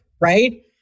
right